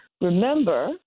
Remember